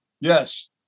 yes